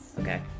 okay